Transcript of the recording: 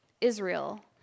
Israel